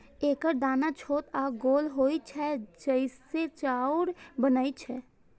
एकर दाना छोट आ गोल होइ छै, जइसे चाउर बनै छै